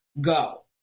go